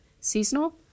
seasonal